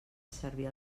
servir